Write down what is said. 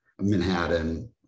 Manhattan